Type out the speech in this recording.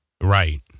Right